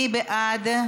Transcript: מי בעד?